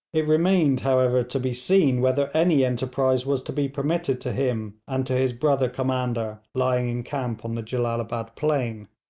it remained, however, to be seen whether any enterprise was to be permitted to him and to his brother commander lying in camp on the jellalabad plain.